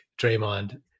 Draymond